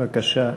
בבקשה,